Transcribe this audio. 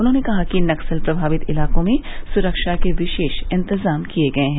उन्होंने कहा कि नक्सल प्रभावित इलाकों में सुरक्षा के विशेष इन्तजाम किए गए हैं